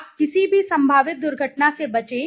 आप किसी भी संभावित दुर्घटना से बचें